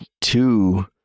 two